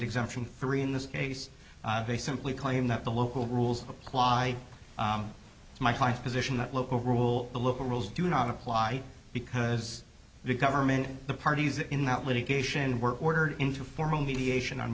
exemption three in this case they simply claim that the local rules apply my position that local rule the local rules do not apply because the government and the parties in that litigation were ordered into formal mediation on